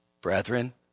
brethren